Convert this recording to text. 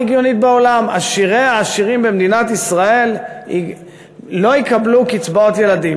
הגיונית בעולם: עשירי העשירים במדינת ישראל לא יקבלו קצבאות ילדים.